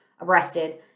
arrested